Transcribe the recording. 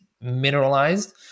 mineralized